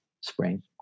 spring